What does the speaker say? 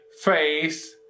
face